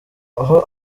aho